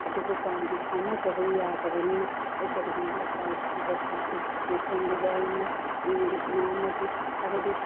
ꯑꯗꯨꯕꯨ ꯄꯥꯎꯗꯤ ꯐꯥꯎꯅꯗꯕ ꯌꯥꯗꯕꯅꯤꯅ ꯑꯩ ꯀꯔꯤꯒꯨꯝꯕ ꯎꯄꯥꯏ ꯑꯃ ꯊꯤꯕ ꯇꯥꯈꯤ ꯃꯐꯝꯗꯨꯗ ꯑꯩꯅ ꯏꯪꯒꯤꯠꯅ ꯑꯃꯗꯤ ꯍꯥꯏꯕꯗꯤ